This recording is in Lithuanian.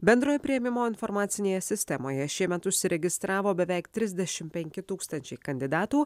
bendrojo priėmimo informacinėje sistemoje šiemet užsiregistravo beveik trisdešimt penki tūkstančiai kandidatų